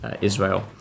Israel